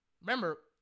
Remember